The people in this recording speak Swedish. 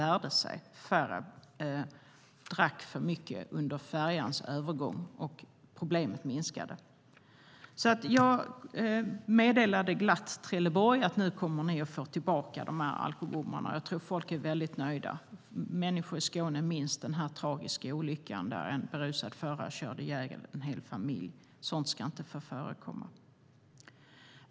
Färre drack för mycket under färjans övergång, och problemet minskade. Jag meddelade glatt Trelleborg att man kommer att få tillbaka alkobommarna. Det är folk nog mycket nöjda med. Människor i Skåne minns ännu den tragiska olyckan där en berusad förare körde ihjäl en hel familj. Sådant ska inte få förekomma.